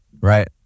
right